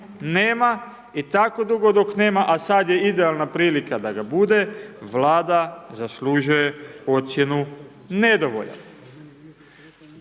nema i tako dugo dok nema, a sad je idealna prilika da ga bude, Vlada zaslužuje ocjenu nedovoljan.